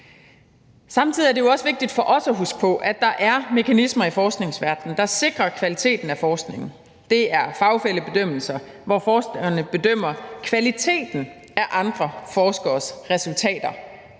Samtidig er det jo også vigtigt for os at huske på, at der er mekanismer i forskningsverdenen, der sikrer kvaliteten af forskningen. Det er fagfællebedømmelser, hvor forskerne bedømmer kvaliteten af andre forskeres resultater.